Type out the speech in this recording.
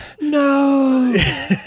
No